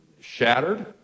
shattered